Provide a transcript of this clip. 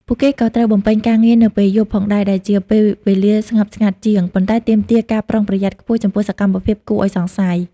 ពួកគេក៏ត្រូវបំពេញការងារនៅពេលយប់ផងដែរ ដែលជាពេលវេលាស្ងប់ស្ងាត់ជាង ប៉ុន្តែទាមទារការប្រុងប្រយ័ត្នខ្ពស់ចំពោះសកម្មភាពគួរឲ្យសង្ស័យ។